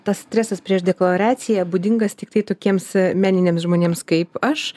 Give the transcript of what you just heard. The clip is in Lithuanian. tas stresas prieš deklaraciją būdingas tiktai tokiems meniniams žmonėms kaip aš